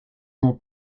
more